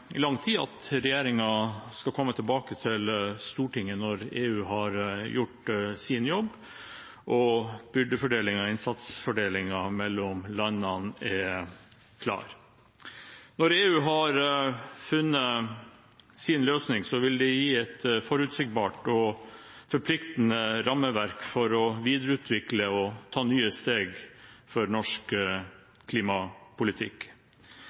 lang tid at regjeringen skal komme tilbake til Stortinget når EU har gjort sin jobb, og fordelingen av byrder og innsats mellom landene er klar. Når EU har funnet sin løsning, vil det gi et forutsigbart og forpliktende rammeverk for å videreutvikle og ta nye steg for norsk klimapolitikk.